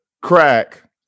crack